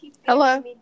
Hello